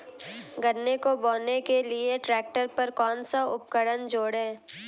गन्ने को बोने के लिये ट्रैक्टर पर कौन सा उपकरण जोड़ें?